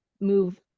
move